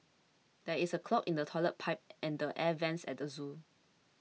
there is a clog in the Toilet Pipe and the Air Vents at the zoo